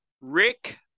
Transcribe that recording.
Rick